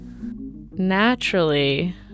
Naturally